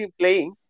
playing